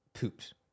Pooped